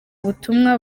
butumwa